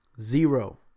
Zero